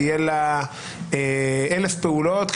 התשפ"ג-2023.